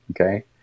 Okay